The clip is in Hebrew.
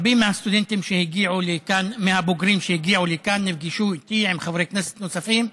רבים מהבוגרים שהגיעו לכאן נפגשו איתי ועם חברי כנסת נוספים.